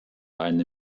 eine